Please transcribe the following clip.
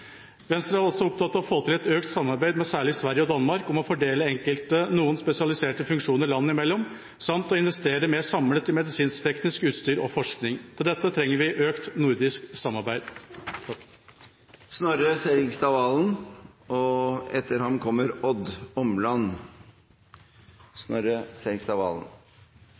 Venstre er også opptatt av å få til et økt samarbeid med særlig Sverige og Danmark om å fordele noen spesialiserte funksjoner landene imellom samt å investere mer samlet i medisinskteknisk utstyr og forskning. Til dette trenger vi økt nordisk samarbeid. Det er sagt fra denne talerstolen at velferdsstaten er på gyngende grunn, og